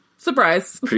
Surprise